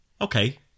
Okay